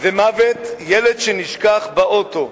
ילד שנשכח באוטו,